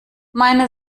meine